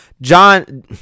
john